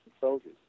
soldiers